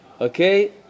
Okay